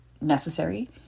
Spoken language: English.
necessary